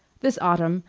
this autumn,